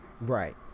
Right